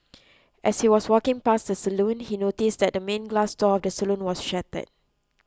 as he was walking past the salon he noticed that the main glass door of the salon was shattered